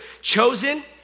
chosen